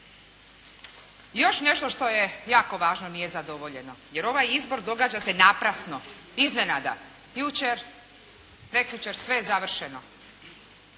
Još nešto što je jako važno nije zadovoljeno, jer ovaj izbor događa se naprasno, iznenada jučer, prekjučer, sve je završeno.